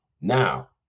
Now